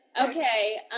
Okay